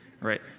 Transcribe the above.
right